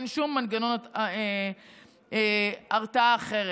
אין שום מנגנון הרתעה אחר.